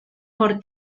por